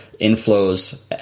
inflows